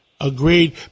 Agreed